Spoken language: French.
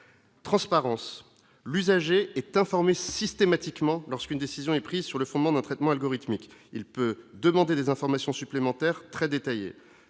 Transparence, l'usager est informer systématiquement lorsqu'une décision est prise sur le fondement d'un traitement algorithmique, il peut demander des informations supplémentaires, très détaillé,